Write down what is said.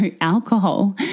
alcohol